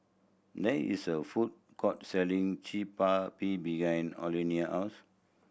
there is a food court selling behind house